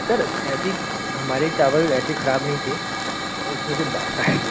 sir ऐसी हमारी चावल ऐसी खराब नहीं थी उसमे से बास आ